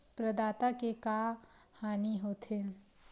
प्रदाता के का हानि हो थे?